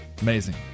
Amazing